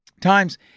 times